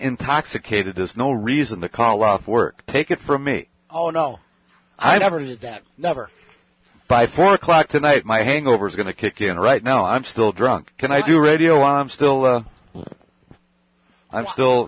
intoxicated is no reason to call off work take it from me oh no i never did that never by four o'clock tonight my hangover is going to kick in right now i'm still drunk can i do radio i'm still i'm still